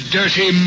dirty